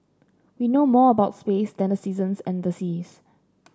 we know more about space than the seasons and the seas